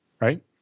Right